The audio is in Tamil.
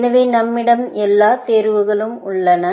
எனவே நம்மிடம் எல்லா தேர்வுகளும் உள்ளன